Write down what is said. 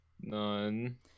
None